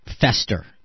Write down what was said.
fester